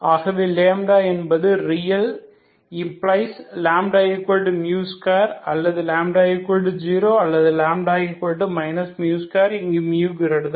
ஆகவே என்பது real implies λ2 அல்லது λ0 அல்லது λ 2 இங்கு μ0